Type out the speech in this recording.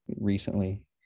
recently